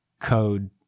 code